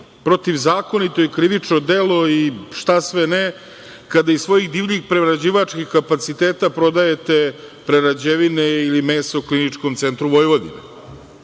protivzakonito i krivično delo i šta sve ne, kada iz svojih divljih prerađivačkih kapaciteta prodajete prerađevine ili meso Kliničkom centru